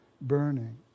burning